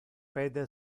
pede